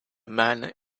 man